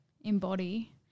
embody